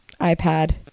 iPad